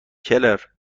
گلر